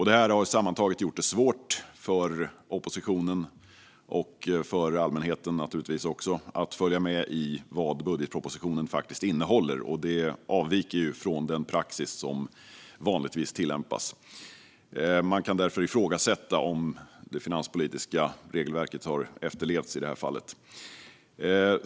Detta sammantaget har gjort det svårt för oppositionen och naturligtvis även för allmänheten att följa med i vad budgetpropositionen faktiskt innehåller, vilket avviker från den praxis som vanligtvis tillämpas. Man kan därför ifrågasätta om det finanspolitiska regelverket har efterlevts i detta fall.